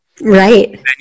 Right